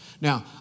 Now